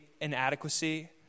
inadequacy